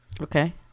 Okay